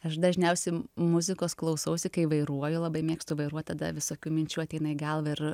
aš dažniausiai muzikos klausausi kai vairuoju labai mėgstu vairuoti tada visokių minčių ateina į galvą ir